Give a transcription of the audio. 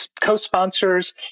co-sponsors